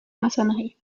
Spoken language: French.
maçonnerie